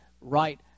right